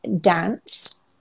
dance